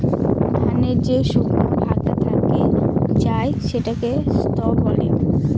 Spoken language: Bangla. ধানের যে শুকনা ভাগটা থেকে যায় সেটাকে স্ত্র বলে